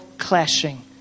clashing